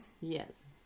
Yes